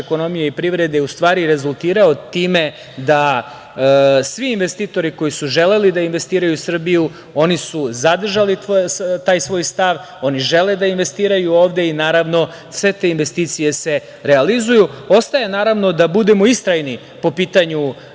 ekonomije i privrede je u stvari rezultirao time da svi investitori koji su želeli da investiraju u Srbiju, oni su zadržali taj svoj stav, oni žele da investiraju ovde i naravno sve te investicije se realizuju. Ostaje, naravno, da budemo istrajni po pitanju